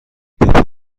بپیچ